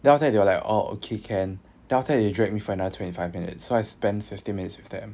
then after that they were like oh okay can then after that they drag me for another twenty five minutes so I spend fifty minutes with them